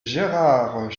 gérard